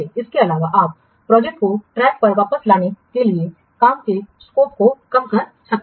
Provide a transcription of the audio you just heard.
इसके अलावा आप प्रोजेक्ट को ट्रैक पर वापस लाने के लिए काम के दायरे को कम कर सकते हैं